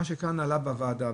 מה שכאן עלה בוועדה,